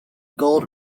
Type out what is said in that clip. gold